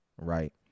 right